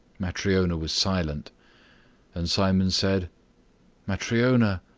matryona was silent and simon said matryona,